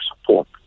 support